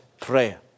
prayer